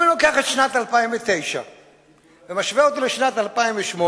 אם אני לוקח את שנת 2009 ומשווה אותה לשנת 2008,